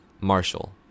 Marshall